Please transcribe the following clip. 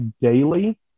daily